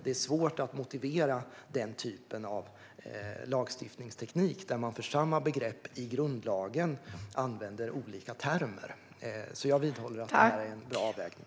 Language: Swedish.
Det är svårt att motivera en lagstiftningsteknik där man för samma begrepp i grundlagen använder olika termer. Jag vidhåller alltså att det är en bra avvägning.